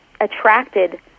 attracted